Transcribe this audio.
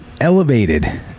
elevated